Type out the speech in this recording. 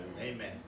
Amen